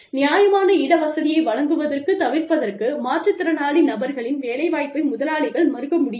நியாயமான இடவசதியை வழங்குவதைத் தவிர்ப்பதற்கு மாற்றுத்திறனாளி நபர்களின் வேலை வாய்ப்பை முதலாளிகள் மறுக்க முடியாது